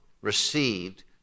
received